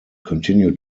continued